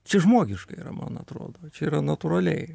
čia žmogiška yra man atrodo čia yra natūraliai